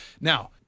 Now